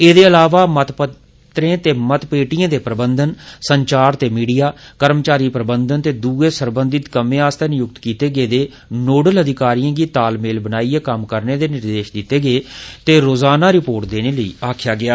एहदे अलावा मतपत्रें ते मत पेटियें दे प्रबंधन संचार ते मीडिया कर्मचारी प्रबंधन ते दुए सरबंधत कम्में लेई नियुक्त कीते गेदे नोडल अधिकारियें गी तालमेल बनाइयै कम्म करने दे निर्देश दिते गे ते रोजाना रिपोर्ट देने लेई आक्खेआ गेआ